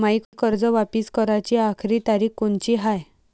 मायी कर्ज वापिस कराची आखरी तारीख कोनची हाय?